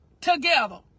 together